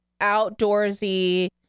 outdoorsy